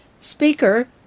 Speaker